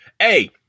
Hey